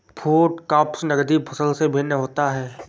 food crops नगदी फसल से भिन्न होता है